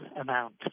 amount